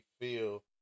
feel